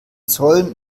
zoll